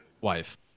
Wife